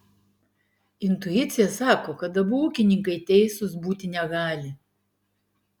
intuicija sako kad abu ūkininkai teisūs būti negali